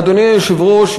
אדוני היושב-ראש,